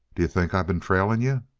d'you think i been trailing you?